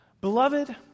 Beloved